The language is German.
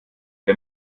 der